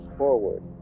forward